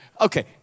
Okay